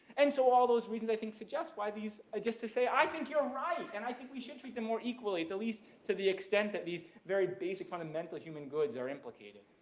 and so all those reasons i think suggest why these, ah just to say, i think you're right and i think we should treat them more equally the least to the extent that these very basic fundamental human goods are implicated.